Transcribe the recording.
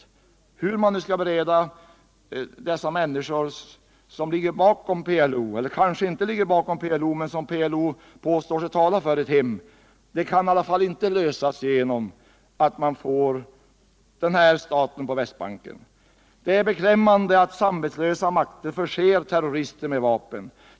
Problemet hur man skall bereda de människor, som kanske ligger bakom PLO eller som PLO påstår sig tala för, ett hem kan inte lösas genom att man får den föreslagna staten på Västbanken. Det är beklämmande att samvetslösa makter förser terrorister med vapen.